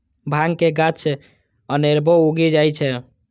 भांग के गाछ अनेरबो उगि जाइ छै